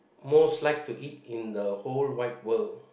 most like to eat in the whole wide world